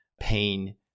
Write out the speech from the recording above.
pain